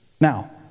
Now